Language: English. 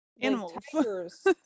animals